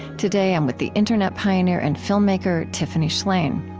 today i'm with the internet pioneer and filmmaker tiffany shlain.